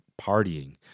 partying